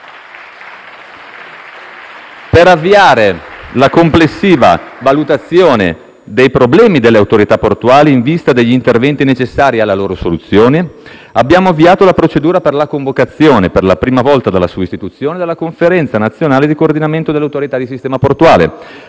Per avviare la complessiva valutazione dei problemi delle Autorità portuali in vista degli interventi necessari alla loro soluzione, abbiamo avviato la procedura per la convocazione, per la prima volta dalla sua istituzione, della Conferenza nazionale di coordinamento delle Autorità di sistema portuale.